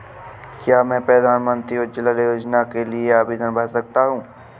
क्या मैं प्रधानमंत्री उज्ज्वला योजना के लिए आवेदन कर सकता हूँ?